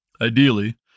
Ideally